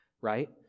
right